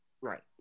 Right